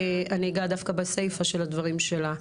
אני אגע בסיפא של הדברים שלך.